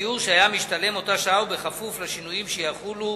בשיעור שהיה משתלם אותה שעה וכפוף לשינויים שיחולו